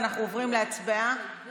עפר